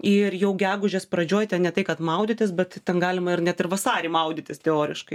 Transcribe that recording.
ir jau gegužės pradžioj ten ne tai kad maudytis bet ten galima ir net ir vasarį maudytis teoriškai